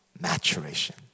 maturation